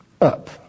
up